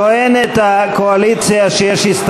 טוענת הקואליציה שיש בקשת